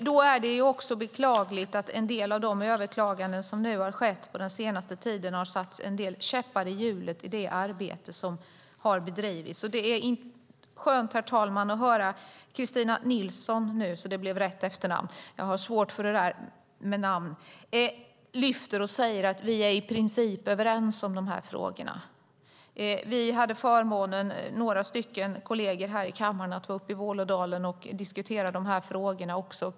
Det är beklagligt att en del av de överklaganden som har skett den senaste tiden har satt käppar i hjulet i det arbete som har bedrivits. Det är skönt att höra Kristina Nilsson säga att vi i princip är överens om de här frågorna. Några av oss hade förmånen att få vara uppe i Vålådalen och diskutera de här frågorna.